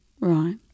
Right